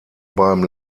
beim